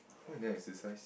why you never exercise